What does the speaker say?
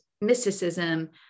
mysticism